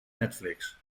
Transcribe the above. netflix